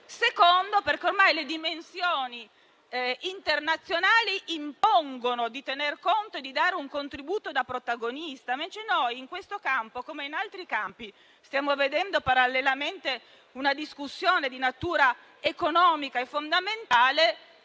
secondo, perché ormai le dimensioni internazionali impongono di tenerne conto e di dare un contributo da protagonisti. Invece noi in questo campo, come in altri, stiamo vedendo parallelamente una discussione di natura economica fondamentale;